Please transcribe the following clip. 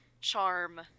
charm